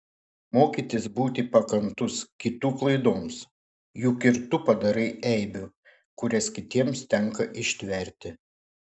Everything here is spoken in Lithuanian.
mokykis būti pakantus kitų klaidoms juk ir tu padarai eibių kurias kitiems tenka ištverti